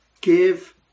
give